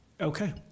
okay